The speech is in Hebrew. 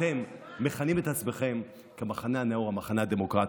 אתם מכנים את עצמכם המחנה הנאור, המחנה הדמוקרטי.